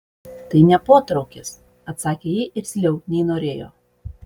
tai ne potraukis atsakė ji irzliau nei norėjo